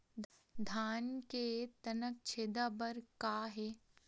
धान के तनक छेदा बर का हे?